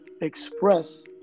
express